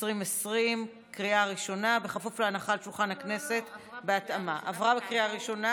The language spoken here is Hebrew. התש"ף 2020, עברה בקריאה ראשונה